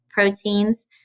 proteins